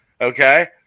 okay